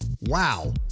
Wow